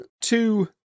two